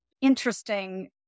interesting